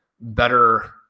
better